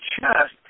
chest